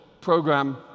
program